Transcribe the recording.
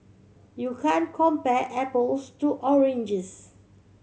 you can compare apples to oranges